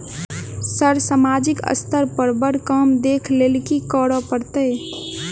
Sir सामाजिक स्तर पर बर काम देख लैलकी करऽ परतै?